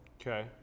Okay